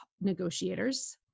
negotiators